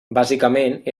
bàsicament